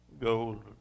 gold